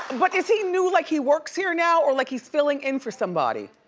but is he new like he works here now or like he's filling in for somebody?